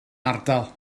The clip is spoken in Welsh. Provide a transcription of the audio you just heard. ardal